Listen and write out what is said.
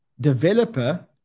developer